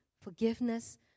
forgiveness